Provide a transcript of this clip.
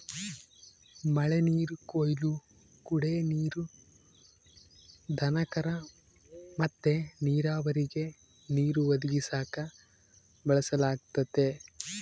ಮಳೆನೀರು ಕೊಯ್ಲು ಕುಡೇ ನೀರು, ದನಕರ ಮತ್ತೆ ನೀರಾವರಿಗೆ ನೀರು ಒದಗಿಸಾಕ ಬಳಸಲಾಗತತೆ